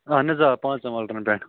اَہَن حظ آ پانٛژَن ملرَن پٮ۪ٹھ